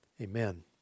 amen